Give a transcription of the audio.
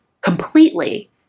completely